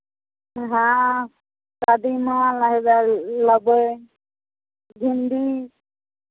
हँ कदीमा लेबै भिण्डी